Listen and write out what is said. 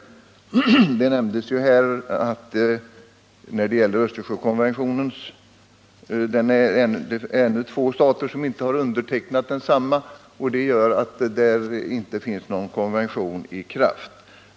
Det nämndes här tidigare att det ännu är två stater som inte har undertecknat Östersjökonventionen, vilket gör att den ännu inte har trätt i kraft.